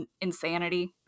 insanity